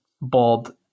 bald